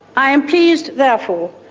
i am pleased, therefore,